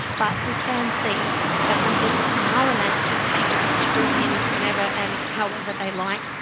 but we can see that when people are allowed to take as much food in whenever and however they like,